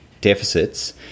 deficits